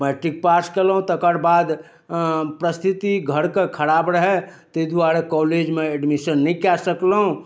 matric pass कयलहुँ तकर बाद अऽ परिस्थिति घरके खराब रहै तै दुआरे कॉलेजमे एडमिशन नहि कए सकलहुँ